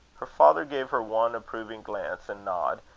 her father gave her one approving glance and nod,